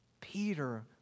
Peter